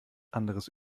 anderes